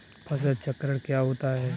फसल चक्रण क्या होता है?